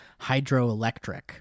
Hydroelectric